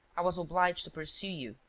i was obliged to pursue you,